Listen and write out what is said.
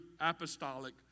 apostolic